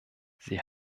sie